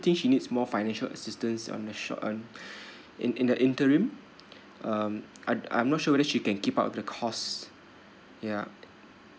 think she needs more financial assistance on a short on in in the interim um I I'm not sure whether she can keep up the cost yeah